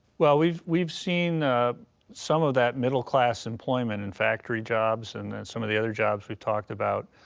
well, we've we've seen some of that middle class employment in factory jobs and and some of the other jobs we talked about.